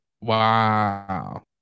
wow